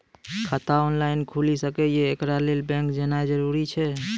खाता ऑनलाइन खूलि सकै यै? एकरा लेल बैंक जेनाय जरूरी एछि?